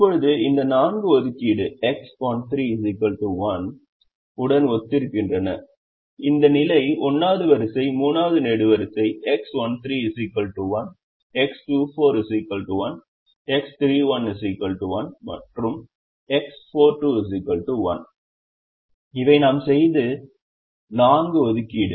இப்போது இந்த 4 ஒதுக்கீடு X13 1 உடன் ஒத்திருக்கின்றன இந்த நிலை 1 வது வரிசை 3 வது நெடுவரிசை X13 1 X24 1 X31 1 மற்றும் X42 1 இவை நாம் செய்த 4 ஒதுக்கீடு